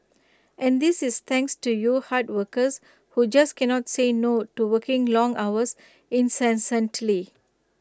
and this is thanks to you hard workers who just cannot say no to working long hours incessantly